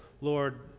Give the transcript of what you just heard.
Lord